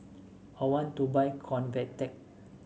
I want to buy Convatec